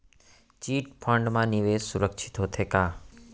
Chit fund मा निवेश सुरक्षित होथे का?